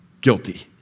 Guilty